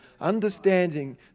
understanding